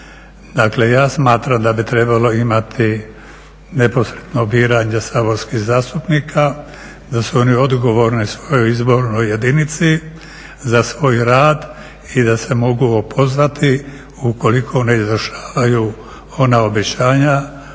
ja smatram da bi trebalo imati neposredno biranje saborskih zastupnika, da su oni odgovorni svojoj izbornoj jedinici za svoj rad i da se mogu opozvati ukoliko ne izvršavaju ona obećanja